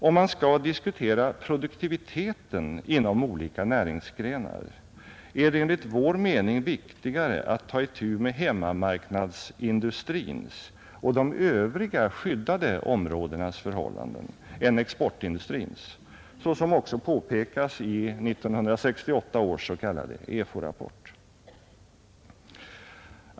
Om man skall diskutera produktiviteten inom olika näringsgrenar är det enligt vår mening viktigare att ta itu med hemmamarknadsindustrins och de övriga skyddade områdenas förhållanden än med exportindustrins, såsom också påpekas i 1968 års s.k. EFO-rapport.